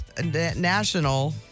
National